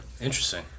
Interesting